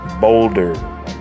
boulder